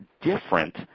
different